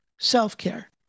self-care